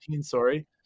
sorry